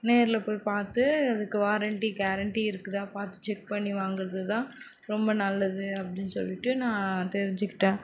நேரில் போய் பார்த்து அதுக்கு வாரண்டி கேரண்டி இருக்குதா பார்த்து செக் பண்ணி வாங்கிறது தான் ரொம்ப நல்லது அப்படின் சொல்லிட்டு நான் தெரிஞ்சுக்கிட்டேன்